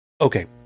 Okay